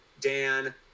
Dan